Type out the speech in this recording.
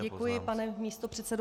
Děkuji, pane místopředsedo.